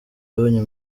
yabonye